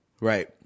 right